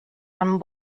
amb